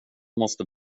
måste